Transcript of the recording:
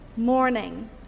morning